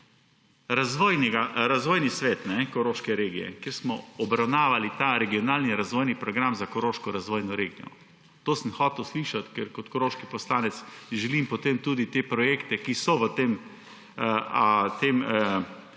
Razvojnega sveta koroške regije, kjer smo obravnavali regionalni razvojni program za koroško razvojno regijo. To sem hotel slišati, ker želim kot koroški poslanec potem projekte, ki so v tem